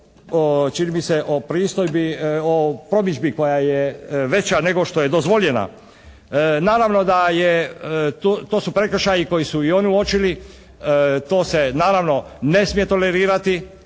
pristojbi, o promidžbi koja je veća nego što je dozvoljena. Naravno da je, to su prekršaji koje su i oni uočili. To se naravno ne smije tolerirati